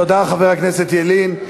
תודה, חבר הכנסת ילין.